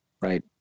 Right